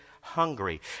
hungry